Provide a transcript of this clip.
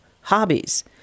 hobbies